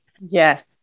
Yes